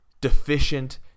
deficient